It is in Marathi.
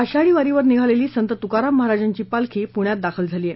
आषाढी वारीवर निघालेली संत तुकाराम महाराजांची पालखी पुण्यात दाखल झाली आहे